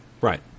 Right